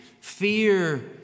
Fear